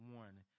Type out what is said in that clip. one